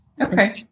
Okay